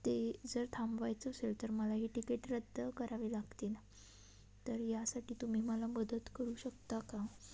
ते जर थांबवायचं असेल तर मला हे टिकीट रद्द करावी लागतील तर यासाठी तुम्ही मला मदत करू शकता का